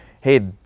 hey